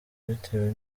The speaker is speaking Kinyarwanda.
bitewe